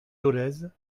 dolez